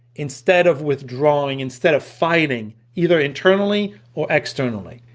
instead of withdrawing, instead of fighting either internally or externally.